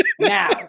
Now